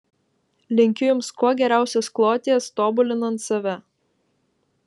linkiu jums kuo geriausios kloties tobulinant save